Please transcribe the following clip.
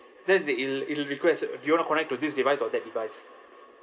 then the it'll it'll request do you wanna connect to this device or that device